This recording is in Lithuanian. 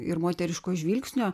ir moteriško žvilgsnio